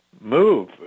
move